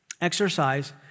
exercise